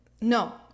no